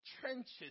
trenches